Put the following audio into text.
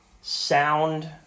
Sound